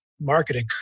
marketing